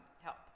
help